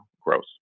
gross